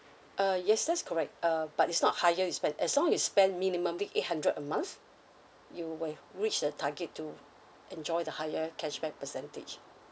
uh yes that's correct uh but it's not higher you spend as long you spend minimumly eight hundred a month you will reach the target to enjoy the higher cashback percentage